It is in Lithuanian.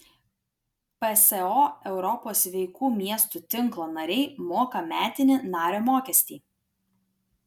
pso europos sveikų miestų tinklo nariai moka metinį nario mokestį